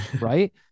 right